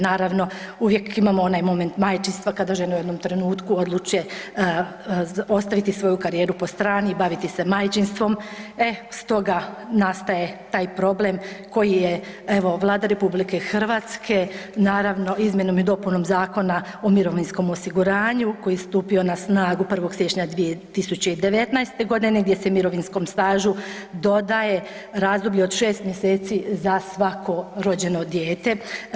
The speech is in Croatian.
Naravno, uvijek imamo moment majčinstva kada žene u jednom trenutku odluče ostaviti svoju karijeru po strani i baviti se majčinstvom, e stoga nastaje taj problem koji je evo Vlada RH naravno izmjenom i dopunom Zakona o mirovinskom osiguranju koji je stupio na snagu 1. siječnja 2019. godine gdje se mirovinskom stažu dodaje razdoblje od 6 mjeseci za svako rođeno dijete.